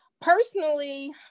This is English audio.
Personally